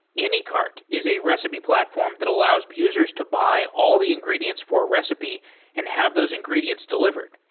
anycart is a recipe platform that allows users to buy all the ingredients for recipe and have those ingredients delivered.